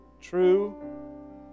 true